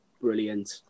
brilliant